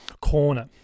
corner